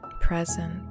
present